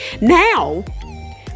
Now